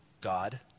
God